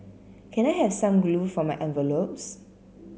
can I have some glue for my envelopes